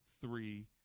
three